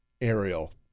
Ariel